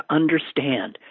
understand